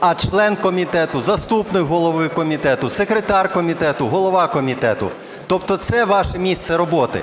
а "член комітету", "заступник голови комітету", "секретар комітету", "голова комітету", тобто це ваше місце роботи.